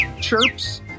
chirps